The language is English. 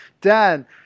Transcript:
dan